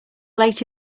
late